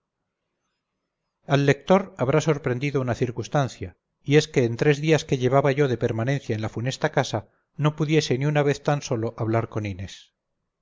al lector habrá sorprendido una circunstancia y es que en tres días que llevaba yo de permanencia en la funesta casa no pudiese ni una vez tan sólo hablar con inés